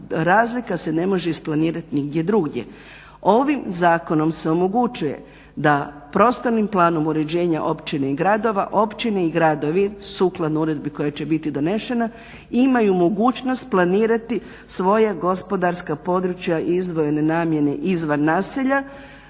razlika se ne može isplanirati nigdje drugdje. Ovim zakonom se omogućuje da prostornim planom uređenje općine i gradova općine i gradovi sukladno uredbi koja će biti donešena imaju mogućnost planirati svoja gospodarska područja izdvojene namjene izvan naselja.